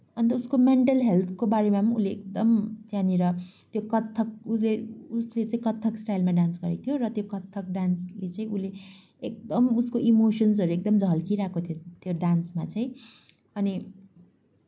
अन्त उसको मेन्टल हेल्थको बारेमा पनि उसले एकदम त्यहाँनिर त्यो कथक उसले उसले चाहिँ कथक स्टाइलमा डान्स गरेको थियो र त्यो कथक डान्सले चाहिँ उसले एकदम उसको इमोसन्सहरू एकदम झल्किरहेको थियो त्यो डान्समा चाहिँ अनि